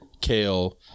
kale